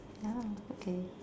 ah okay